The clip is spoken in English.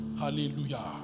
hallelujah